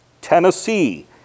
Tennessee